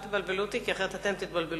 אל תבלבלו אותי, כי אחרת אתם תתבלבלו.